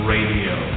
Radio